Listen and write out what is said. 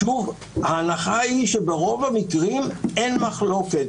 שוב ההנחה היא שברוב המקרים אין מחלוקת,